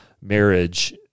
marriage